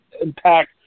impact